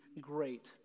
great